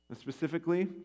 Specifically